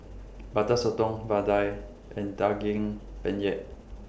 Butter Sotong Vadai and Daging Penyet